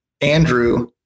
Andrew